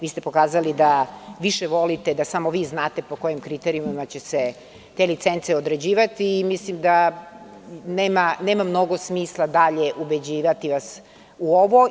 Vi ste pokazali da više volite da samo vi znate po kojim kriterijumima će se te licence određivati i mislim da nema mnogo smisla dalje ubeđivati vas u ovo.